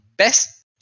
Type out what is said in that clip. best